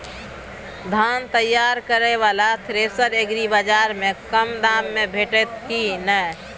धान तैयार करय वाला थ्रेसर एग्रीबाजार में कम दाम में भेटत की नय?